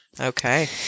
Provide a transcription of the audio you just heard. okay